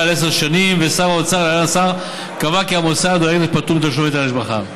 על עשר שנים ושר האוצר קבע כי המוסד או ההקדש פטור מתשלום היטל השבחה.